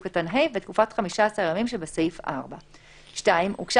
קטן (ה) ותקופת 15 הימים שבסעיף 4. (2) הוגשה